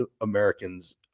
Americans